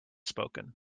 spoken